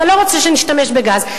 אתה לא רוצה שנשתמש בגז,